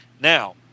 Now